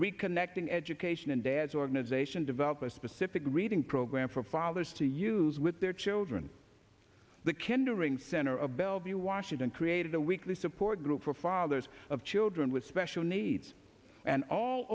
reconnecting education and dad's organization develop a specific reading program for fathers to use with their children the kinda rings center of bellevue washington create the weekly support group for fathers of children with special needs and all